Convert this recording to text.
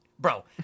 Bro